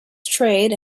trade